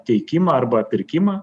teikimą arba pirkimą